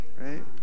right